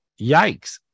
Yikes